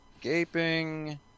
Gaping